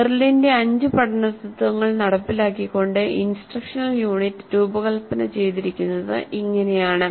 മെറിലിന്റെ അഞ്ച് പഠന തത്വങ്ങൾ നടപ്പിലാക്കിക്കൊണ്ട് ഇൻസ്ട്രക്ഷണൽ യൂണിറ്റ് രൂപകൽപ്പന ചെയ്തിരിക്കുന്നത് ഇങ്ങനെയാണ്